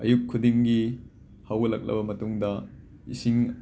ꯑꯌꯨꯛ ꯈꯨꯗꯤꯡꯒꯤ ꯍꯧꯒꯠꯂꯛꯂꯕ ꯃꯇꯨꯡꯗ ꯏꯁꯤꯡ